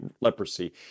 leprosy